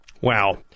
Wow